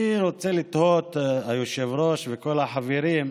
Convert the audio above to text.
אני רוצה לתהות, היושב-ראש וכל החברים,